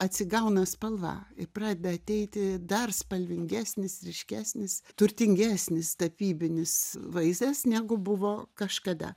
atsigauna spalva ir pradeda ateiti dar spalvingesnis ryškesnis turtingesnis tapybinis vaizdas negu buvo kažkada